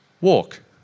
Walk